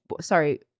sorry